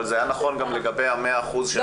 אבל זה היה נכון גם לגבי ה-100% שהיה קודם.